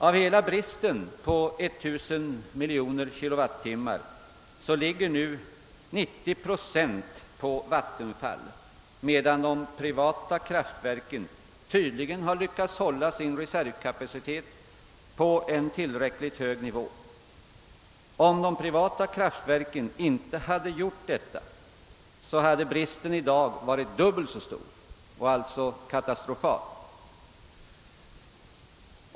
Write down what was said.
Av hela bristen på 1000 miljoner kWh ligger 90 procent på Vattenfall, medan de privata kraftverken tydligen lyckats hålla sin reservkapacitet på en tillräckligt hög nivå. Om de privata kraftverken inte hade gjort detta, hade bristen i dag varit dubbelt så stor och alltså katastrofal.